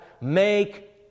Make